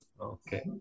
Okay